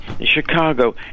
Chicago